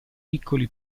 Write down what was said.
piccoli